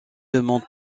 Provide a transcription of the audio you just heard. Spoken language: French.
demande